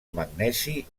magnesi